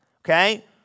Okay